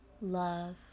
love